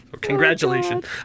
Congratulations